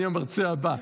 אני המרצה הבא.